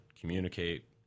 communicate